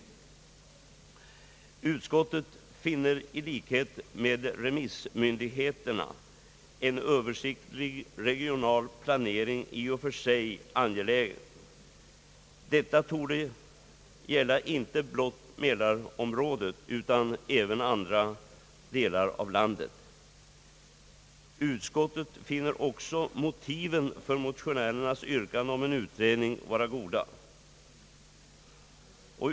Utskottet finner i likhet med remissmyndigheterna en översiktlig regional planering i och för sig angelägen. Detta torde gälla inte blott mälarområdet, utan även andra delar av landet. Utskottet finner också motiven för motionärernas yrkanden om utredning vara goda.